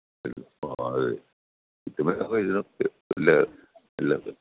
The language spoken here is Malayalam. ആ അതെ സത്യം പറഞ്ഞപ്പം ഇതിനൊക്കെ ഇല്ല ഇല്ല